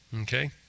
Okay